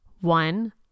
One